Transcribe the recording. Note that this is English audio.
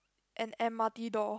an M_R_T door